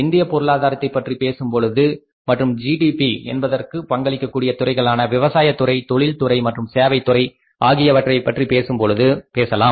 இந்திய பொருளாதாரத்தை பற்றி பேசும் பொழுது மற்றும் ஜிடிபி என்பதற்கு பங்களிக்க கூடிய துறைகளான விவசாயத்துறை தொழில் துறை மற்றும் சேவைத்துறை ஆகியவற்றைப் பற்றி பேசலாம்